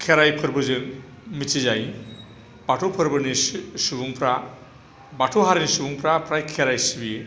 खेराइ फोरबोजों मिथिजायो बाथौ फोरबोनि सुबुंफ्रा फ्राय खेराइ सिबियो